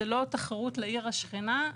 זו לא תחרות לעיר השכנה.